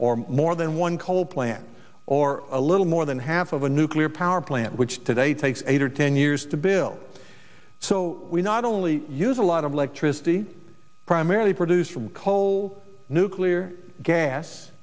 or more than one coal plant or a little more than half of a nuclear power plant which today takes eight or ten years to build so we not only use a lot of electricity primarily produced from coal nuclear gas